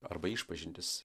arba išpažintys